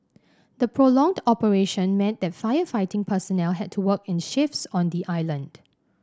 the prolonged operation meant that firefighting personnel had to work in shifts on the island